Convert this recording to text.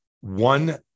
One